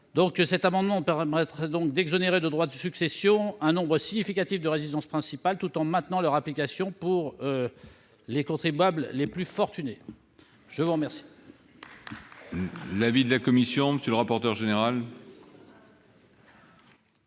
cet amendement permettrait donc d'exonérer de droits de succession un nombre significatif de résidences principales, tout en maintenant l'application de ces droits pour les contribuables les plus fortunés. Quel